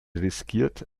riskiert